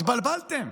התבלבלתם,